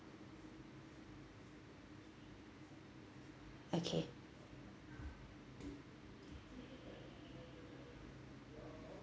okay